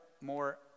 more